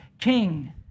king